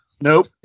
nope